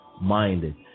Minded